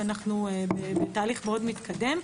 ואנחנו בתהליך מאוד מתקדם.